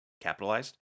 capitalized